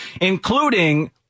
including